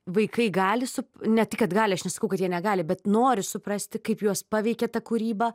vaikai gali su ne tai kad gali aš nesakau kad jie negali bet nori suprasti kaip juos paveikė ta kūryba